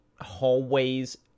hallways